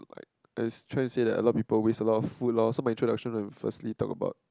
I I try to say that a lot of people waste a lot of food loh so my introduction and first lead talk about like